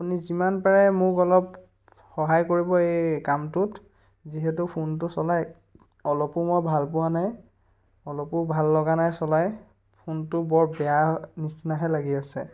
আপুনি যিমান পাৰে মোক অলপ সহায় কৰিব এই কামটোত যিহেতু ফোনটো চলাই অলপো মই ভাল পোৱা নাই অলপো ভাল লগা নাই চলাই ফোনটো বৰ বেয়া নিচিনাহে লাগি আছে